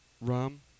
rum